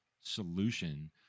solution